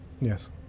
Yes